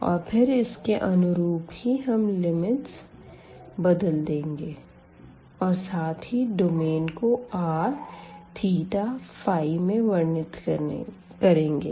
और फिर इसके अनुरूप ही हम लिमिटस बदल देंगे और साथ ही डोमेन को r θϕमें वर्णित करेंगे